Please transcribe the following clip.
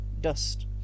dust